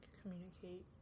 communicate